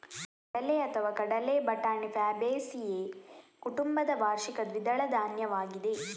ಕಡಲೆಅಥವಾ ಕಡಲೆ ಬಟಾಣಿ ಫ್ಯಾಬೇಸಿಯೇ ಕುಟುಂಬದ ವಾರ್ಷಿಕ ದ್ವಿದಳ ಧಾನ್ಯವಾಗಿದೆ